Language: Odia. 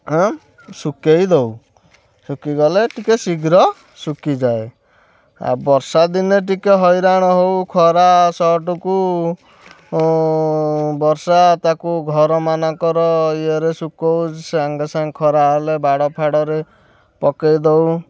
ଶୁଖେଇ ଦଉ ଶୁଖିଗଲେ ଟିକେ ଶୀଘ୍ର ଶୁଖିଯାଏ ଆ ବର୍ଷା ଦିନେ ଟିକେ ହଇରାଣ ହେଉ ଖରା ସର୍ଟକୁ ବର୍ଷା ତାକୁ ଘରମାନଙ୍କର ୟେରେ ଶୁଖାଉ ସାଙ୍ଗେ ସାଙ୍ଗ ଖରା ହେଲେ ବାଡ଼ଫାଡ଼ରେ ପକେଇ ଦେଉ